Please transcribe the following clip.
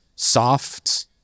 soft